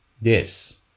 Yes